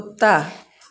कुत्ता